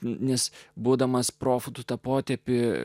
nes būdamas profu tu tą potėpį